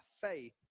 faith